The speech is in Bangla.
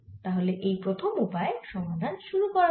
তাহলে এই প্রথম উপায়ে সমাধানের শুরু করা যাক